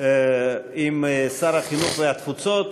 עם שר החינוך והתפוצות.